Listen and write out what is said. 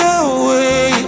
away